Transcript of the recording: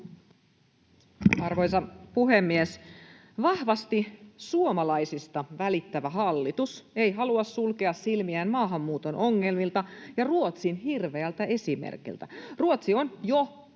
Arvoisa puhemies! Vahvasti suomalaisista välittävä hallitus ei halua sulkea silmiään maahanmuuton ongelmilta ja Ruotsin hirveältä esimerkiltä. Ruotsi on jo menettänyt